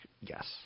yes